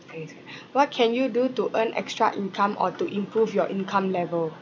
pay to you what can you do to earn extra income or to improve your income level